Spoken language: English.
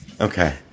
Okay